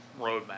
roadmap